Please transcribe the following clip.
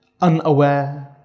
unaware